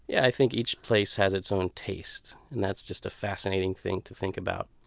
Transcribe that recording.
yeah i think each place has its own taste, and that's just a fascinating thing to think about.